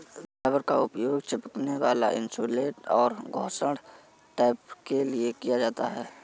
rubber का उपयोग चिपकने वाला इन्सुलेट और घर्षण टेप के लिए किया जाता है